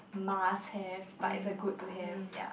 mask hair but is a good to hair ya